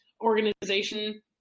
organization